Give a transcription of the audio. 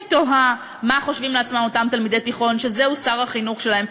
אני תוהה מה חושבים לעצמם אותם תלמידי תיכון שזה שר החינוך שלהם,